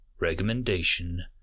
recommendation